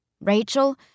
Rachel